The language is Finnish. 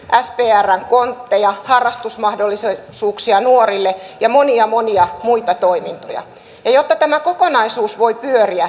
sprn kontteja harrastusmahdollisuuksia nuorille ja monia monia muita toimintoja ja jotta tämä kokonaisuus voi